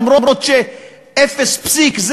למרות שאפס פסיק,